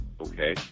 okay